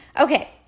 Okay